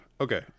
Okay